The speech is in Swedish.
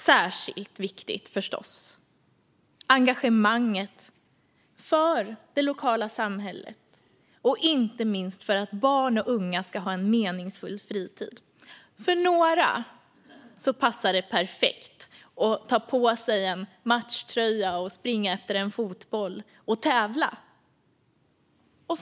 Särskilt viktigt är förstås engagemanget i det lokala samhället och inte minst i att barn och unga ska ha en meningsfull fritid. För några passar det perfekt att ta på sig en matchtröja och springa efter en fotboll och att tävla.